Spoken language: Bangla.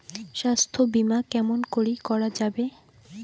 স্বাস্থ্য বিমা কেমন করি করা যাবে?